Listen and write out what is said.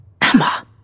Emma